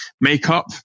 Makeup